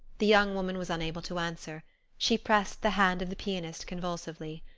the young woman was unable to answer she pressed the hand of the pianist convulsively.